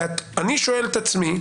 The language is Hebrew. אני שואל את עצמי,